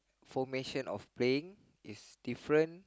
formation of praying is different